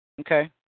Okay